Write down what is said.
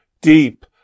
deep